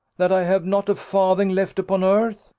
that i have not a farthing left upon earth?